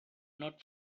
not